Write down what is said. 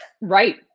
Right